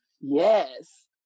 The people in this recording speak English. Yes